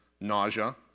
nausea